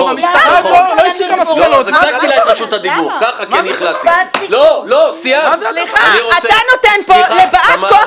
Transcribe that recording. אבל אפשר לעשות משפט שדה --- אבל למה אתה לא נותן לה לדבר?